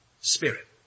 Spirit